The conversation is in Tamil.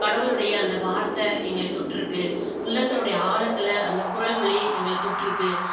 கடவுளுடைய அந்த வார்த்தை எங்களைத் தொட்டிருக்கு உள்ளத்தினுடைய ஆழத்துல அந்தக் குரல் ஒலி எங்களைத் தொட்டிருக்கு